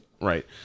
right